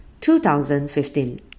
2015